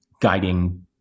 guiding